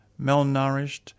malnourished